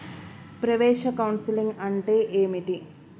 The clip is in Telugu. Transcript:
ప్రవేశ కౌన్సెలింగ్ అంటే ఏమిటి?